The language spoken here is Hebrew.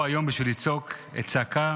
אני פה היום בשביל לצעוק את הצעקה